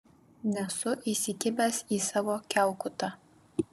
nesu įsikibęs į savo kiaukutą